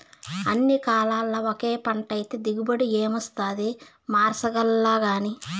అన్ని కాలాల్ల ఒకే పంటైతే దిగుబడి ఏమొస్తాది మార్సాల్లగానీ